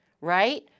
right